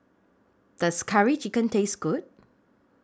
Does Curry Chicken Taste Good